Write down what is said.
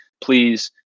please